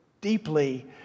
deeply